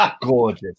gorgeous